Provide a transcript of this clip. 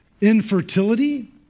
infertility